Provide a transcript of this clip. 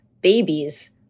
Babies